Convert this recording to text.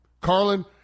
Carlin